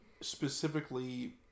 Specifically